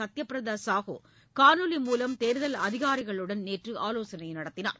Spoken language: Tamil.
சத்யபிரதா சாஹு காணொலி மூலம் தேர்தல் அதிகாரிகளுடன் நேற்று ஆலோசனை நடத்தினார்